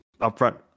upfront